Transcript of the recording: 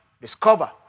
discover